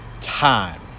time